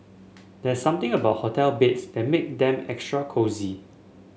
there's something about hotel beds that make them extra cosy